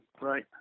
right